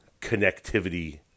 connectivity